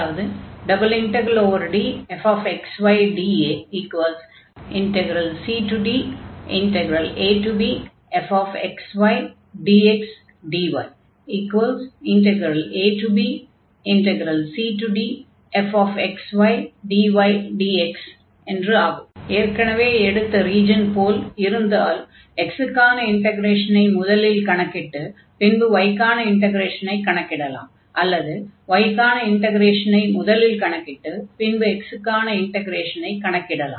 ∬DfxydAabfxydxabcdfxydydx ஏற்கனவே எடுத்த ரீஜன் போல் இருந்தால் x க்கான இன்டக்ரேஷனை முதலில் கணக்கிட்டு பின்பு y க்கான இன்டக்ரேஷனை கணக்கிடலாம் அல்லது y க்கான இன்டக்ரேஷனை முதலில் கணக்கிட்டு பின்பு x க்கான இன்டக்ரேஷனை கணக்கிடலாம்